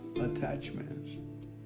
attachments